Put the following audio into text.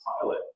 pilot